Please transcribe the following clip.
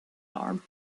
arm